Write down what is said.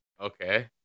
okay